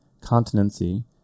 continency